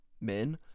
men